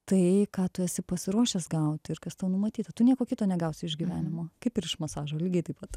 tai ką tu esi pasiruošęs gauti ir kas tau numatyta tu nieko kito negausi iš gyvenimo kaip ir iš masažo lygiai taip pat